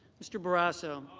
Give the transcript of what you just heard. mr. barrasso.